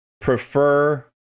prefer